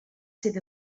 sydd